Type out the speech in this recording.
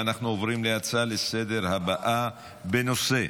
אנחנו עוברים להצעה לסדר-היום הבאה, בנושא: